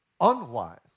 unwise